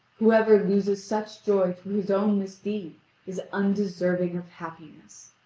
whoever loses such joy through his own misdeed is undeserving of happiness.